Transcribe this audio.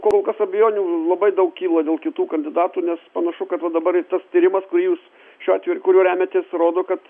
kol kas abejonių labai daug kyla dėl kitų kandidatų nes panašu kad vat dabar ir tas tyrimas kurį jūs šiuo atveju ir kuriuo remiatės rodo kad